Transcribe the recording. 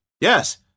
Yes